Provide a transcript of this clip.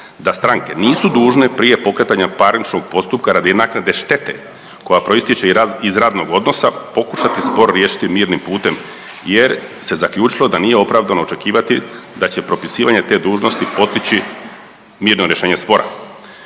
da stranke nisu dužne prije pokretanja parničnog postupka radi naknade štete koja proistječe iz radnog odnosa pokušati spor riješiti mirnim putem jer se zaključilo da nije opravdano očekivati da će propisivanje te dužnosti postići mirno rješenje spora.